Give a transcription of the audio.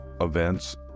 events